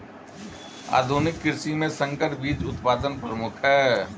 आधुनिक कृषि में संकर बीज उत्पादन प्रमुख है